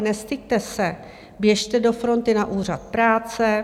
Nestyďte se, běžte do fronty na úřad práce.